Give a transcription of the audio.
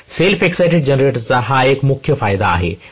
तर self excited जनरेटरचा हा एक मुख्य फायदा आहे